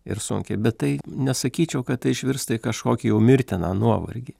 ir sunkiai bet tai nesakyčiau kad tai išvirsta į kažkokį jau mirtiną nuovargį